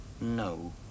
No